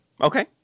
Okay